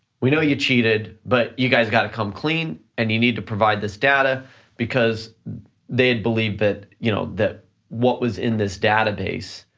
we know you cheated, but you guys gotta come clean and you need to provide this data because they had believed that you know that what was in this database